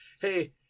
Hey